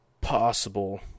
possible